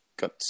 Got